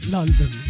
London